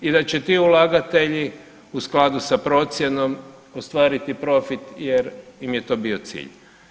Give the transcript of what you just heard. I da će ti ulagatelji u skladu s procjenom ostvariti profit jer im je to bio cilj.